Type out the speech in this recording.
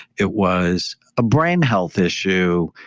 it was a brain health issue.